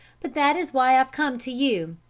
but that is why i've come to you.